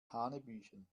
hanebüchen